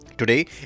Today